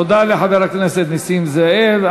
תודה לחבר הכנסת נסים זאב.